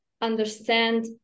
understand